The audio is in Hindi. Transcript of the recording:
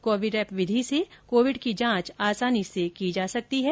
कोविरैप विधि से कोविड की जांच आसानी से की जा सकती है